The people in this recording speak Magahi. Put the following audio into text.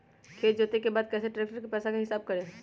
खेत जोते के बाद कैसे ट्रैक्टर के पैसा का हिसाब कैसे करें?